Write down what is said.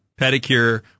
pedicure